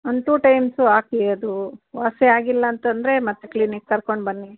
ಒಂದ್ two times ಹಾಕಿ ಅದು ವಾಸಿ ಆಗಿಲ್ಲಾಂತಂದರೆ ಮತ್ತೆ ಕ್ಲಿನಿಕ್ ಕರ್ಕೊಂಡು ಬನ್ನಿ